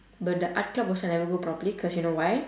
but the art club I also never go properly cause you know why